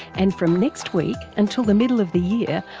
and from next week until the middle of the year,